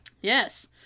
Yes